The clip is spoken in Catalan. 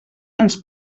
ens